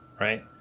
Right